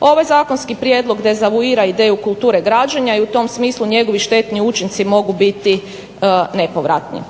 Ovaj zakonski prijedlog dezavuira ideju kulture građenja i u tom smislu njegovi štetni učinci mogu biti nepovratni.